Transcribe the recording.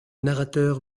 narrateur